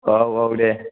औ औ दे